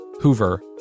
Hoover